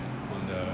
on the